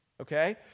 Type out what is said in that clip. Okay